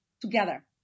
together